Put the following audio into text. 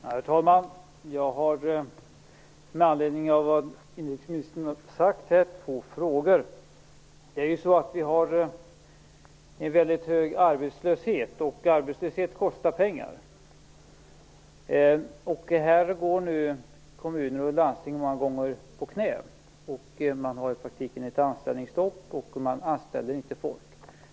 Herr talman! Jag har med anledning av vad inrikesministern har sagt här två frågor. Vi har en väldigt hög arbetslöshet, och arbetslöshet kostar pengar. Här går nu kommuner och landsting många gånger på knä, man har i praktiken anställningsstopp och man anställer inte folk.